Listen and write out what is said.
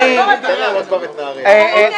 אני,